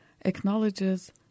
acknowledges